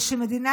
שמדינה